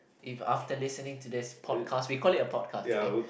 if after listening to this podcast we call it a podcast okay